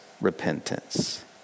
repentance